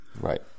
Right